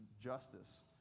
justice